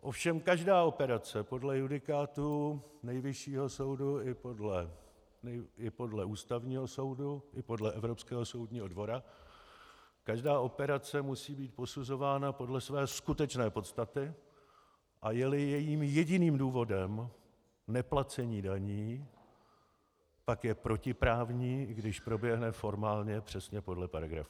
Ovšem každá operace podle judikátu Nejvyššího soudu i podle Ústavního soudu i podle Evropského soudního dvora musí být posuzována podle své skutečné podstaty, a jeli jejím jediným důvodem neplacení daní, tak je protiprávní, i když proběhne formálně přesně podle paragrafů.